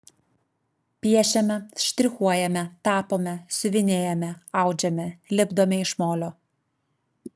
piešiame štrichuojame tapome siuvinėjame audžiame lipdome iš molio